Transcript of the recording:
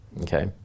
Okay